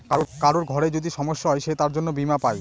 কারোর ঘরে যদি সমস্যা হয় সে তার জন্য বীমা পাই